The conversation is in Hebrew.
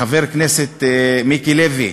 חבר הכנסת מיקי לוי,